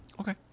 Okay